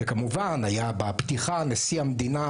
כמובן היה בפתיחה נשיא המדינה,